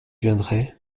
viendrai